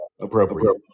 appropriate